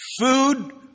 Food